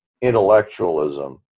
intellectualism